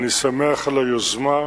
אני שמח על היוזמה.